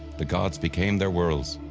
the gods became their worlds.